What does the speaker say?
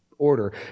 order